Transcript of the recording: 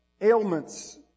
ailments